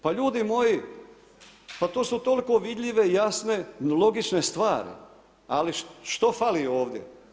Pa ljudi moji, to su toliko vidljive, jasne logične stvari, ali što fali ovdje?